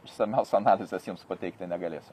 išsamios analizės jums pateikti negalėsiu